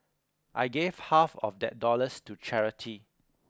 I gave half of that dollars to charity